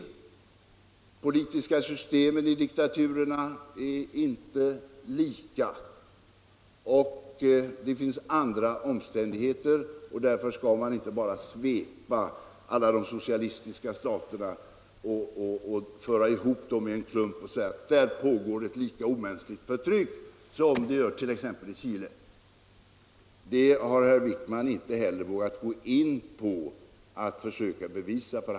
De politiska systemen i diktaturerna är inte lika. Det finns även andra omständigheter att ta hänsyn till. Därför skall man inte bara föra ihop alla de socialistiska staterna i en klump och påstå, att där pågår ett lika omänskligt förtryck som det gör i t.ex. Chile. Det har herr Wijkman inte heller försökt att bevisa.